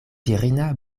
virina